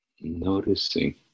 Noticing